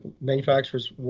manufacturers